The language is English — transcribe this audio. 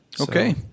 Okay